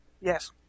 Yes